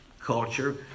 culture